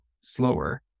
slower